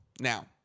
Now